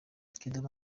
kidumu